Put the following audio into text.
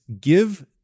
give